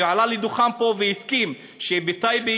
ועלה לדוכן פה והסכים שבטייבה,